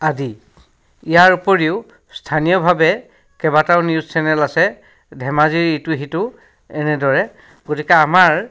আদি ইয়াৰ উপৰিও স্থানীয়ভাৱে কেইবাটাও নিউজ চেনেল আছে ধেমাজিৰ ইটো সিটো এনেদৰে গতিকে আমাৰ